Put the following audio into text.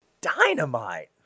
Dynamite